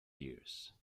years